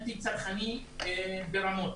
אנטי צרכני ברמות.